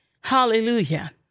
hallelujah